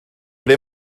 ble